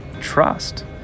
trust